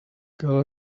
cal